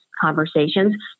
conversations